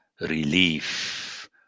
relief